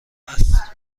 است